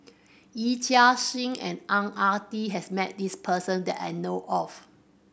Yee Chia Hsing and Ang Ah Tee has met this person that I know of